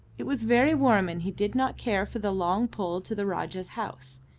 it was very warm, and he did not care for the long pull to the rajah's house.